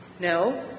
No